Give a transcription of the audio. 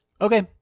Okay